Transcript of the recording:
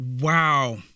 Wow